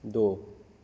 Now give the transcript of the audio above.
दो